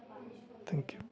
thank you